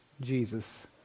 Jesus